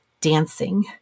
dancing